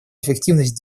эффективность